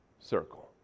circle